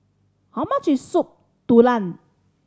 how much is Soup Tulang